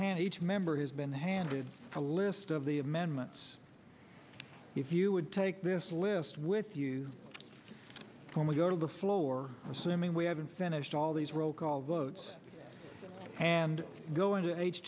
hand each member has been handed a list of the amendments if you would take this list with you when we go to the floor assuming we haven't finished all these roll call votes and go into a